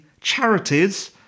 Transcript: charities